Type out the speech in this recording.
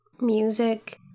music